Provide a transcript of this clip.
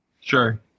Sure